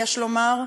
יש לומר,